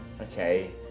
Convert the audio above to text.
Okay